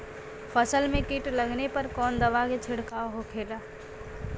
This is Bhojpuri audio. फसल में कीट लगने पर कौन दवा के छिड़काव होखेला?